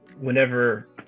whenever